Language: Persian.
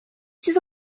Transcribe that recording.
چیز